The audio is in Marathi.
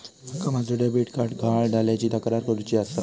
माका माझो डेबिट कार्ड गहाळ झाल्याची तक्रार करुची आसा